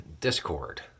discord